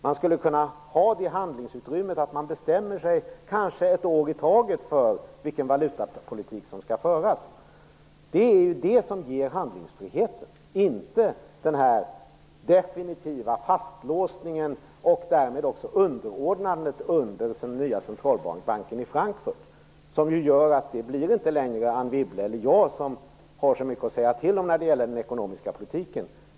Det skulle kunna finnas det handlingsutrymmet att man ett år i taget beslutar sig för vilken valutapolitik som skall föras. Det är detta som ger handlingsfrihet, inte en definitiv fastlåsning och därmed och ett underordnande till centralbanken i Frankfurt. Det skulle innebära att varken Anne Wibble eller jag skulle ha så mycket att säga till om när det gäller den ekonomiska politiken.